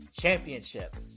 championship